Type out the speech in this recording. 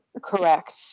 correct